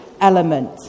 element